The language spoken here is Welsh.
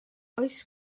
oes